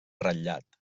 ratllat